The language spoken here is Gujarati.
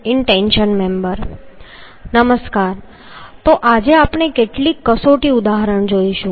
નમસ્કાર તો આજે આપણે કેટલાક કસોટી ઉદાહરણ જોઈશું